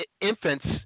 infants